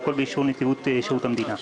הכול באישור נציבות שירות המדינה.